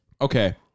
Okay